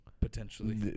Potentially